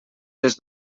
des